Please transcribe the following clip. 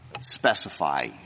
specify